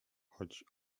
choć